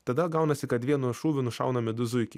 tada gaunasi kad vienu šūviu nušaunami du zuikiai